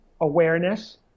awareness